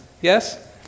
Yes